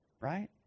right